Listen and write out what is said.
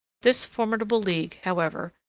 this formidable league, however,